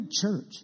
church